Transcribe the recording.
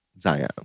Zion